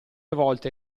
volte